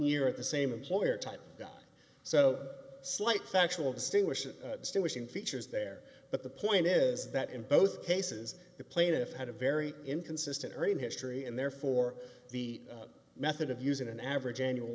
year at the same employer type so a slight factual distinguishing still wishing features there but the point is that in both cases the plaintiff had a very inconsistent in history and therefore the method of using an average annual